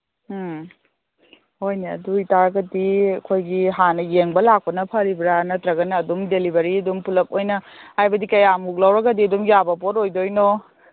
ꯎꯝ ꯍꯣꯏꯅꯦ ꯑꯗꯨ ꯑꯣꯏ ꯇꯥꯔꯒꯗꯤ ꯑꯩꯈꯣꯏꯒꯤ ꯍꯥꯟꯅ ꯌꯦꯡꯕ ꯂꯥꯛꯄꯅ ꯐꯔꯤꯕ꯭ꯔꯥ ꯅꯠꯇ꯭ꯔꯒꯅ ꯑꯗꯨꯝ ꯗꯦꯂꯤꯕꯔꯤ ꯑꯗꯨꯝ ꯄꯨꯂꯞ ꯑꯣꯏꯅ ꯍꯥꯏꯕꯗꯤ ꯀꯌꯥꯃꯨꯛ ꯂꯧꯔꯒꯗꯤ ꯑꯗꯨꯝ ꯌꯥꯕ ꯄꯣꯠ ꯑꯣꯏꯗꯣꯏꯅꯣ